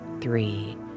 three